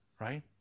Right